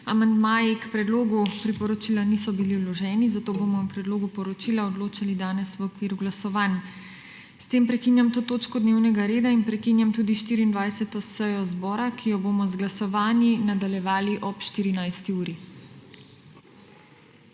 Amandmaji k predlogu priporočila niso bili vloženi, zato bomo o predlogu poročila odločali danes v okviru glasovanj. S tem prekinjam to točko dnevnega reda in prekinjam tudi 24. sejo zbora, ki jo bomo z glasovanji nadaljevali ob 14. uri.